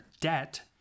debt